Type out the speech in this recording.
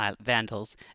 Vandals